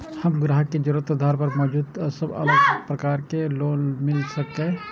हम ग्राहक के जरुरत के आधार पर मौजूद सब अलग प्रकार के लोन मिल सकये?